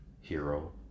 hero